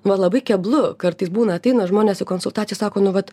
na labai keblu kartais būna ateina žmonės į konsultaciją sako nu vat